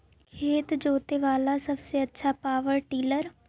खेत जोते बाला सबसे आछा पॉवर टिलर?